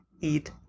eat